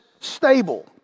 stable